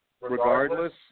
regardless